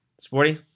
Sporty